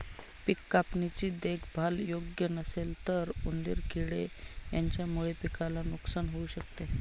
पिक कापणी ची देखभाल योग्य नसेल तर उंदीर किडे यांच्यामुळे पिकाला नुकसान होऊ शकत